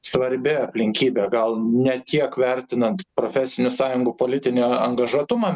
svarbi aplinkybė gal ne tiek vertinant profesinių sąjungų politinį angažuotumą